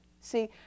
See